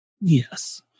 Yes